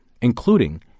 including